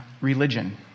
religion